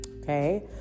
okay